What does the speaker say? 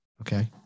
Okay